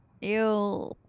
Ew